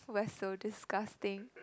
we're so disgusting